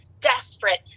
Desperate